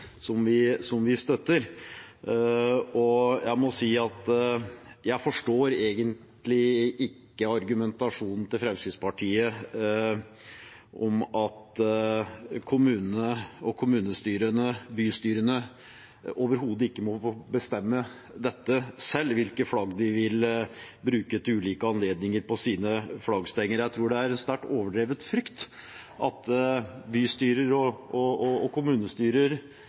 som vi støtter. Jeg må si at jeg egentlig ikke forstår argumentasjonen fra Fremskrittspartiet om at kommunene, kommunestyrene, bystyrene, overhodet ikke må få bestemme selv hvilke flagg de vil bruke til ulike anledninger på sine flaggstenger. Jeg tror det er en sterkt overdrevet frykt for at bystyrer og kommunestyrer i ulike kommuner skal gå bananas og henge opp andre lands flagg uten mål og